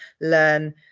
learn